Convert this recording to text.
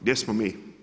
Gdje smo mi?